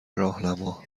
راهنما